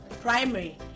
primary